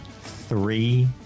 three